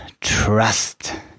trust